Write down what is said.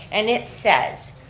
and it says,